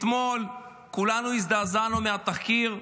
אתמול כולנו הזדעזענו מהתחקיר.